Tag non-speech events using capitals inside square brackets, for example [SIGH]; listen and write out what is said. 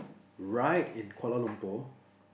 ride in Kuala-Lumpur [BREATH]